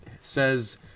says